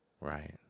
right